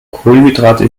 kohlenhydrate